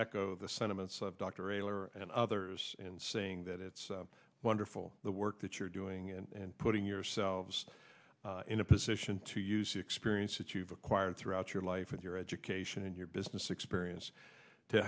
echo the sentiments of dr eyler and others and saying that it's a wonderful the work that you're doing and putting yourselves in a position to use the experience that you've acquired throughout your life with your education and your business experience to